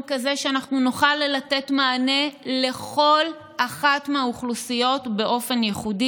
כזה שנוכל לתת מענה לכל אחת מהאוכלוסיות באופן ייחודי.